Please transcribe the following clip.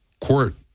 court